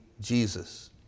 Jesus